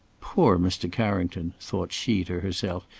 poor mr. carrington! thought she to herself,